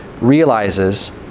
realizes